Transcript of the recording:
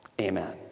amen